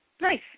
Nice